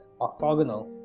orthogonal